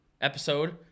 episode